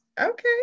Okay